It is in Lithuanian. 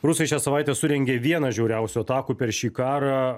rusai šią savaitę surengė vieną žiauriausių atakų per šį karą